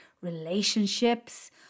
relationships